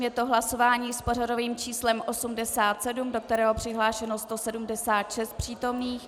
Je to hlasování s pořadovým číslem 87, do kterého je přihlášeno 176 přítomných.